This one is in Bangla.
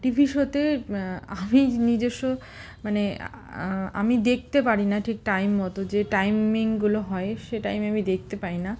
টিভি শো তে আমি নিজস্ব মানে আমি দেখতে পারি না ঠিক টাইম মতো যে টাইমিংগুলো হয় সে টাইমে আমি দেখতে পাই না